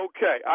Okay